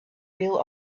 real